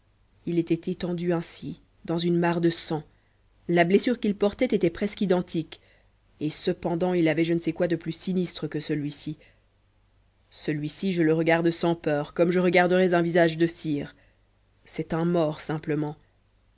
il était étendu ainsi dans une mare de sang la blessure qu'il portait était presque identique et cependant il avait je ne sais quoi de plus sinistre que celuici celui-ci je le regarde sans peur comme je regarderais un visage de cire c'est un mort simplement